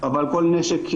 -- אבל כל נשק כזה,